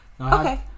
okay